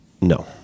No